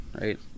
Right